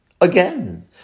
Again